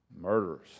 murderers